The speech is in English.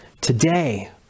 Today